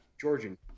Georgian